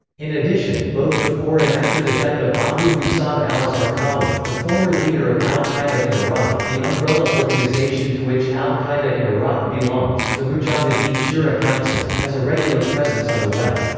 in addition, both before and after the death of abu musab al-zarqawi the former leader of al-qaeda in iraq, the umbrella organization to which al-qaeda in iraq belongs, the mujahideen shura council, has a regular presence on the web.